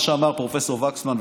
מה שאמר פרופ' וקסמן,